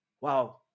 Wow